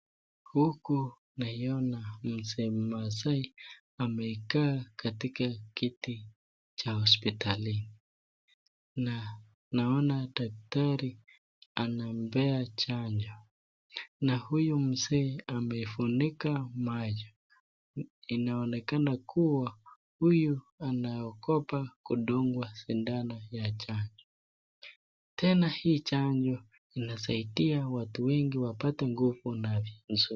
Huku naiona mzee maasai amekaa katika kiti cha hospitalini na naona daktari anampea chanjo na huyu mzee amefunika macho. Inaonekana kuwa huyu anaogopa kudungwa sindano ya chanjo. Tena hii chanjo inasaidia watu wengi wapate nguvu na afya nzuri.